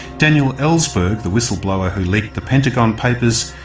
daniel ellsberg, the whistleblower who leaked the pentagon papers,